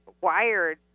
wired